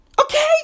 Okay